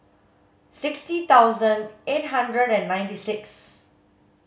sixty thousand eight hundred and ninety six